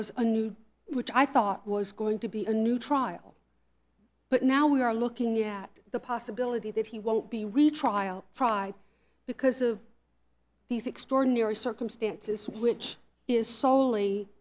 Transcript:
was which i thought was going to be a new trial but now we are looking at the possibility that he won't be retrial friday because of these extraordinary circumstances which is sole